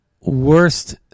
worst